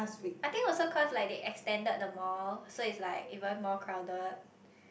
I think also cause like they extended the mall so is like even more crowded